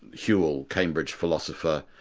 whewell, cambridge philosopher,